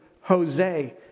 Jose